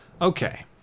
Okay